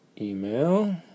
email